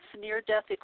near-death